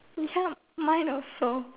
ya mine also